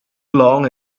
long